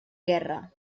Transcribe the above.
guerra